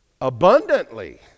abundantly